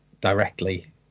directly